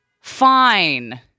fine